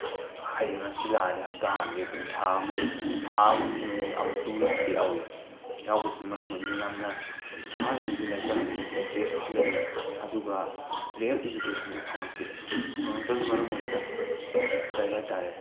ꯍꯥꯏꯗꯤ ꯉꯁꯤ ꯂꯥꯛꯑꯅꯤ ꯍꯞꯇꯥ ꯑꯃ ꯂꯦꯞꯈ꯭ꯔꯅꯤ ꯊꯥ ꯑꯃ ꯂꯦꯞꯈ꯭ꯔꯅꯤ ꯊꯥ ꯑꯃꯒꯤ ꯃꯅꯨꯡꯗ ꯑꯃꯨꯛꯇꯪꯕꯨ ꯂꯥꯛꯄ ꯌꯥꯎꯋꯤ ꯌꯥꯎꯕꯁꯤꯅ ꯃꯔꯝ ꯑꯣꯏꯗꯅ ꯌꯥꯝꯅ ꯑꯉꯥꯡꯁꯤꯡꯁꯨ ꯂꯥꯏꯔꯤꯛ ꯇꯝꯅꯤꯡꯕꯗꯨꯁꯨ ꯏꯟꯇꯔꯦꯁꯁꯨ ꯍꯜꯂꯛꯏ ꯑꯗꯨꯒ ꯔꯤꯌꯦꯜ ꯏꯖꯨꯀꯦꯁꯟꯗꯣ ꯐꯪꯉꯛꯇꯦ ꯐꯪꯉꯛꯇꯕꯅ ꯃꯔꯝ ꯑꯣꯏꯗꯅ ꯀꯔꯤ ꯍꯥꯏꯇꯥꯔꯦ